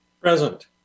Present